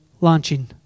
launching